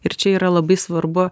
ir čia yra labai svarbu